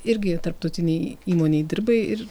irgi tarptautinėj įmonėj dirbai ir